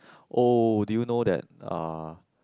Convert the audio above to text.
oh do you know that ah